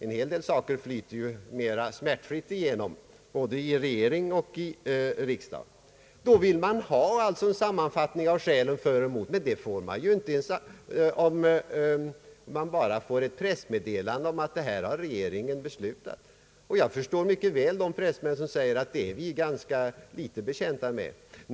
En hel del saker flyter naturligtvis mera smärtfritt igenom både i regering och riksdag. Skäl för och emot får man ju inte, om man bara får ett pressmeddelande om vad regeringen har beslutat. Jag förstår mycket väl de pressmän som säger att de är föga betjänta av ett sådant sammandrag.